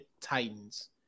Titans